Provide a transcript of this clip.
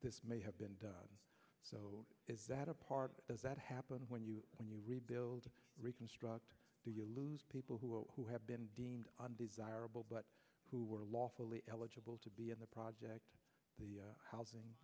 this may have been done so is that a part does that happen when you when you rebuild reconstruct do you lose people who are who have been deemed undesirable but who were lawfully eligible to be in the project the housing